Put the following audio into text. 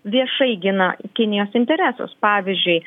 viešai gina kinijos interesus pavyzdžiui